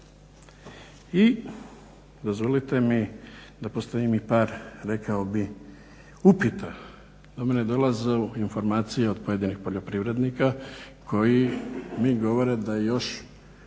I dozvolite mi da postavim i par rekao bih upita. Do mene dolaze informacije od pojedinih poljoprivrednika koji mi govore da još